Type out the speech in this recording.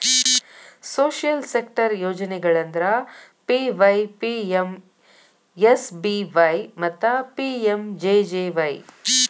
social sector ಯೋಜನೆಗಳಂದ್ರ PYPMSBY ಮತ್ತ PMJJY